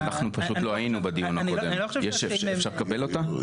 אנחנו פשוט לא היינו בדיון הקודם, אפשר לקבל אותה?